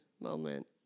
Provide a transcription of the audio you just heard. moment